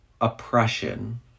oppression